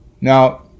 Now